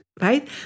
right